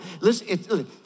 Listen